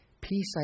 Peace